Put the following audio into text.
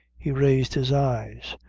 he raised his eyes,